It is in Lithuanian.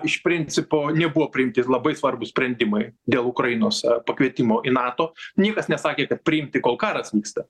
iš principo nebuvo priimti labai svarbūs sprendimai dėl ukrainos pakvietimo į nato niekas nesakė kad priimti kol karas vyksta